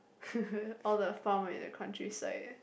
all the farmer in the countryside